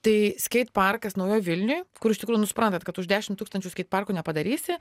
tai skeit parkas naujoj vilniuj kur iš tikrųjų nu suprantat kad už dešimt tūkstančių skeit parkų nepadarysi